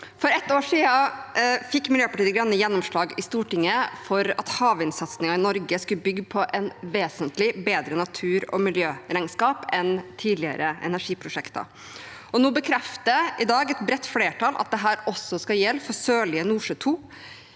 For ett år siden fikk Miljøpartiet De Grønne gjennomslag i Stortinget for at havvindsatsingen i Norge skulle bygge på et vesentlig bedre natur- og miljøregnskap enn tidligere energiprosjekter, og i dag bekrefter et bredt flertall at dette også skal gjelde for Sørlige Nordsjø II.